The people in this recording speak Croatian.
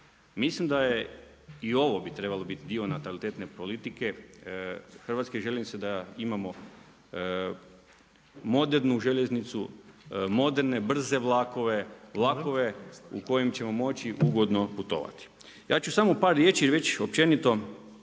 Mislim da je i ovo bi trebalo biti dio natalitetne politike Hrvatske željeznice da imamo modernu željeznicu, moderne brze vlakove, vlakove u kojim ćemo moći ugodno putovati. Ja ću samo u par riječi reći općenito,